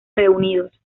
reunidos